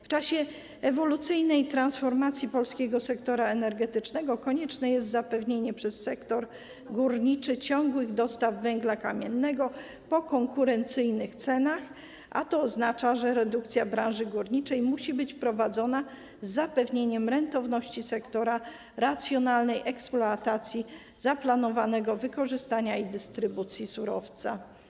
W czasie ewolucyjnej transformacji polskiego sektora energetycznego konieczne jest zapewnienie przez sektor górniczy ciągłych dostaw węgla kamiennego po konkurencyjnych cenach, a to oznacza, że redukcja branży górniczej musi być prowadzona z zapewnieniem rentowności sektora, racjonalnej eksploatacji zaplanowanego wykorzystania i dystrybucji surowca.